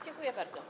Dziękuję bardzo.